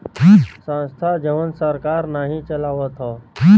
संस्था जवन सरकार नाही चलावत हौ